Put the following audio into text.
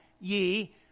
ye